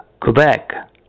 Quebec